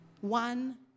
one